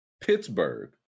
Pittsburgh